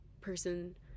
person